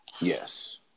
Yes